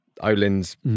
Olin's